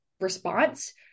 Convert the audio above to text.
response